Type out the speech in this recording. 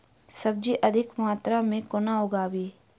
सब्जी अधिक मात्रा मे केना उगाबी?